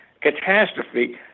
catastrophe